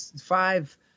five